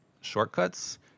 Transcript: shortcuts